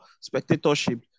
spectatorship